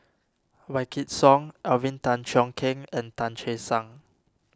Wykidd Song Alvin Tan Cheong Kheng and Tan Che Sang